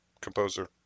composer